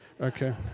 okay